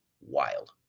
wild